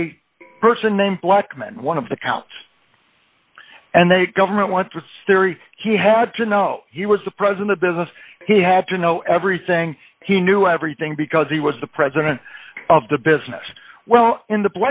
a person named blackmon one of the counts and they government want to stere he had to know he was the president business he had to know everything he knew everything because he was the president of the business well in the